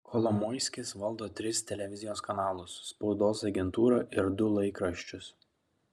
kolomoiskis valdo tris televizijos kanalus spaudos agentūrą ir du laikraščius